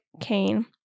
cane